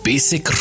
Basic